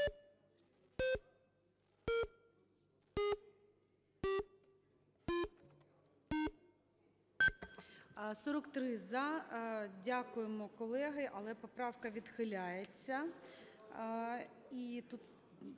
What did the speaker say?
За-43 Дякуємо, колеги, але поправка відхиляється.